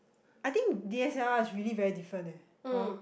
I think D_S_L_R is really very different eh hor